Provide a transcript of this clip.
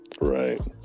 right